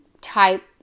type